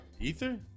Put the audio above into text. Ether